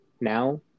now